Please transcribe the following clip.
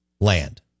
land